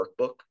workbook